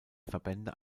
verbände